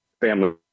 family